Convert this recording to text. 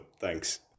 thanks